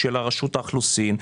של רשות האוכלוסין.